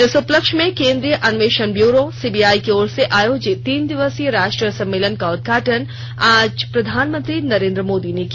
इस उपलक्ष्य में केन्द्रीय अन्वेषण ब्यूरो सीबीआई की ओर से आयोजित तीन दिवसीय राष्ट्रीय सम्मेलन का उद्घाटन आज प्रधानमंत्री नरेन्द्र मोदी ने किया